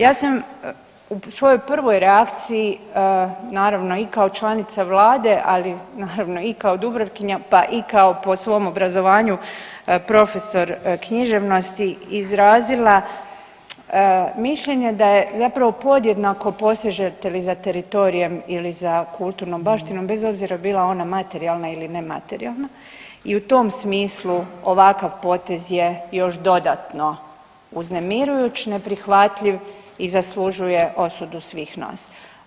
Ja sam u svojoj prvoj reakciji naravno i kao članica Vlade, ali naravno i kao Dubrovkinja pa i kao po svom obrazovanju profesor književnosti izrazila mišljenje da je zapravo podjednako posežete li za teritorijem ili za kulturnom baštinom, bez obzira bila ona materijalna ili nematerijalna i u tom smislu ovakav potez je još dodatno uznemirujuć, neprihvatljiv i zaslužuje osudu svih nas.